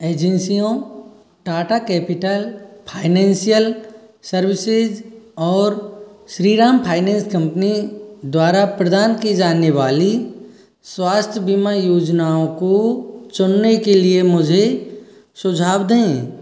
एजेंसियों Tata capital financial services और Shriram finance company द्वारा प्रदान की जाने वाली स्वास्थ्य बीमा योजनाओं को चुनने के लिए मुझे सुझाव दें